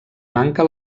manca